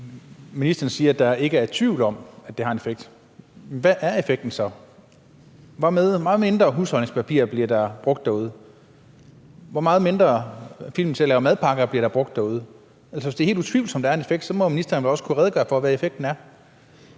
Ministeren siger, at der ikke er tvivl om, at det har en effekt. Hvad er effekten så? Hvor meget mindre husholdningspapir bliver der brugt derude? Hvor meget mindre film om madpakker kommer der til at være derude? Hvis det er helt utvivlsomt, at der er en effekt, så må ministeren vel også kunne redegøre for, hvad effekten er.